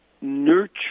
nurture